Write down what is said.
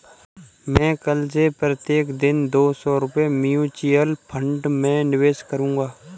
मैं कल से प्रत्येक दिन दो सौ रुपए म्यूचुअल फ़ंड में निवेश करूंगा